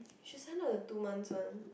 should sign up the two months one